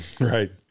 Right